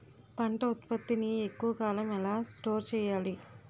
పంట ఉత్పత్తి ని ఎక్కువ కాలం ఎలా స్టోర్ చేయాలి?